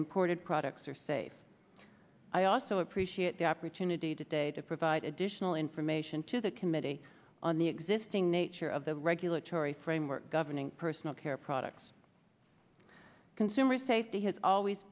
imported products are safe i also appreciate the opportunity today to provide additional information to the committee on the existing nature of the regulatory framework governing personal care products consumer safety has always